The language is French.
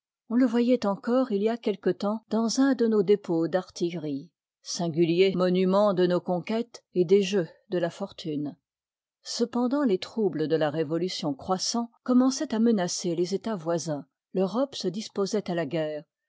on le toyoil encore il y a quelque temps dans un de nos dépôts d'artillerie singulier monument de nos conquêtes et des jeux de la l part fortune iv i cependant les troubles de la révolution croissant commençoient à menacer les etats voisins l'europe se disposoit à la guerre